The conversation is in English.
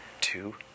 Two